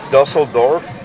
Dusseldorf